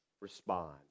respond